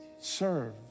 serve